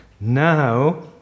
Now